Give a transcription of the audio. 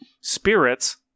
spirits